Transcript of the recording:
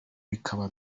bikaba